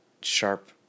sharp